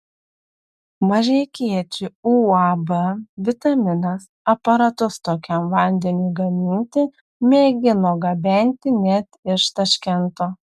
mažeikiečių uab vitaminas aparatus tokiam vandeniui gaminti mėgino gabenti net iš taškento